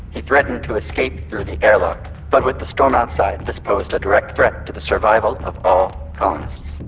he threatened to escape through the airlock, but with the storm outside, this posed a direct threat to the survival of all colonists.